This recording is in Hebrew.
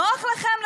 נוח לכם,